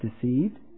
deceived